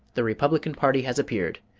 the republican party has appeared.